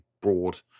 broad